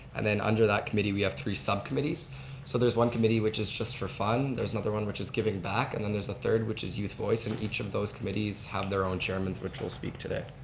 and then under that committee we have three subcommittees. so there's one committee which is just for fun, there's another one which is giving back, and then there's a third which is youth voice. and each of those committees have their own chairman which will speak today.